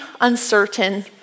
uncertain